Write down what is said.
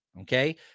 Okay